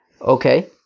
Okay